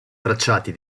tracciati